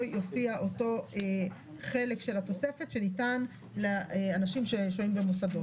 יופיע אותו חלק של התוספת שניתן לאנשים ששוהים במוסדות,